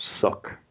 suck